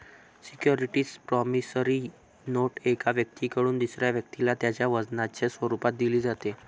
security promissory note एका व्यक्तीकडून दुसऱ्या व्यक्तीला त्याच्या वचनाच्या स्वरूपात दिली जाते